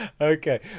Okay